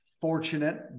fortunate